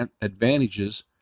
advantages